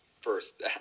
first